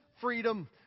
freedom